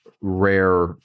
rare